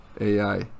AI